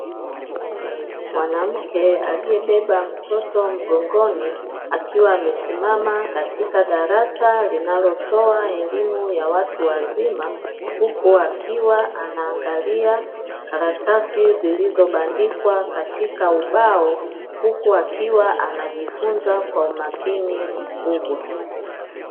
Mwanamke aliyebeba mtoto mgongoni akiwa amesimama katika darasa linalotoa elimu ya watu wazima, huku akiwa anaangalia karatasi zilizobandikwa katika ubao huku akiwa anajifunza kwa umakini mkubwa.